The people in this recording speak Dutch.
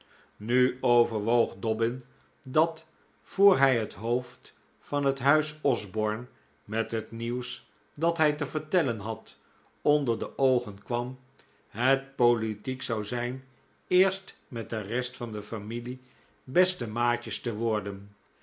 nu overwoog dobbin dat voor hij het hoofd van het huis osborne met het nieuws dat hij te vertellen had onder de oogen kwam het politiek zou zijn eerst met de rest van de familie beste maatjes te worden